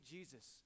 Jesus